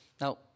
Now